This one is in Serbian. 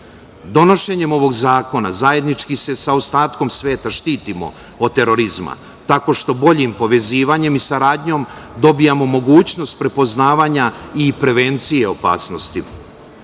zemlje. Donošenjem ovog zakona zajednički se sa ostatkom sveta štitimo od terorizma, tako što boljim povezivanjem i saradnjom dobijamo mogućnost prepoznavanja i prevencije opasnosti.